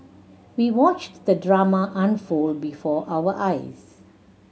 we watched the drama unfold before our eyes